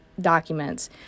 documents